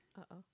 Uh-oh